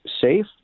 safe